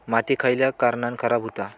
माती खयल्या कारणान खराब हुता?